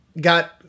got